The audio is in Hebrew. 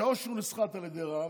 היא שאו שהוא נסחט על ידי רע"מ,